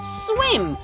swim